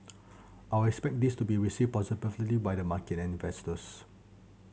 I'd expect this to be received by the market and investors